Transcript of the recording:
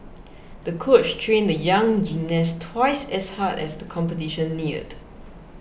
the coach trained the young gymnast twice as hard as the competition neared